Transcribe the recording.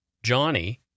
Johnny